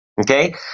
Okay